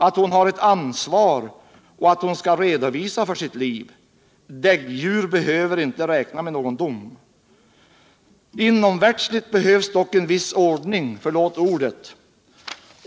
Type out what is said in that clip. att hon har ett ansvar och att hon skall redovisa för sitt liv. Däggdjur behöver inte räkna med någon dom. Inomvirldsligt behövs dock en viss ordning — förlåt ordet!